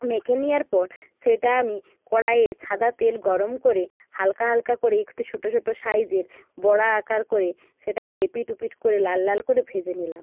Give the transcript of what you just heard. মেখে নেওয়ার পর সেটা আমি কড়াইয়ে সাদা তেল গরম করে হালকা হালকা করে একটু ছোটো ছোটো সাইজের বড়া আকার করে সেটাকে এ পিঠ ও পিঠ করে লাল লাল করে ভেজে নিলাম